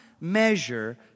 measure